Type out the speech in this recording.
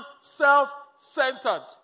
Self-centered